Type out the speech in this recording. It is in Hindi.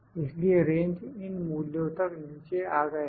इसलिए रेंज इन मूल्यों तक नीचे आ गए हैं